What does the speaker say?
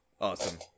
Awesome